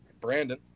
Brandon